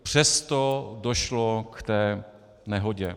Přesto došlo k té nehodě.